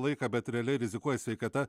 laiką bet realiai rizikuoji sveikata